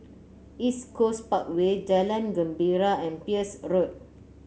East Coast Parkway Jalan Gembira and Peirce Road